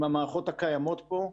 עם המערכות הקיימות פה,